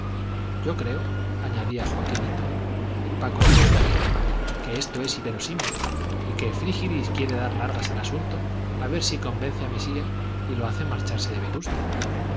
parecían pistolas a propósito yo creo añadía joaquinito y paco cree lo mismo que esto es inverosímil y que frígilis quiere dar largas al asunto a ver si convence a mesía y lo hace marcharse de vetusta